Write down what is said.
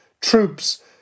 Troops